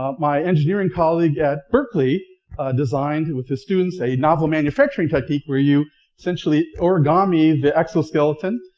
ah my engineering colleague at berkeley designed with his students a novel manufacturing technique where you essentially origami the exoskeleton,